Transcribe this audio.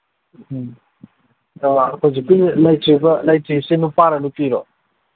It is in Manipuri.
ꯎꯝ ꯍꯧꯖꯤꯛꯀꯤ ꯂꯩꯇ꯭ꯔꯤꯕ ꯂꯩꯇ꯭ꯔꯤꯁꯤ ꯅꯨꯄꯥꯔꯥ ꯅꯨꯄꯤꯔꯣ